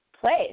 place